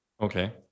Okay